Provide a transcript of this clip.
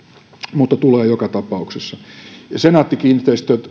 mutta tämä tulee joka tapauksessa senaatti kiinteistöt